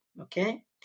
okay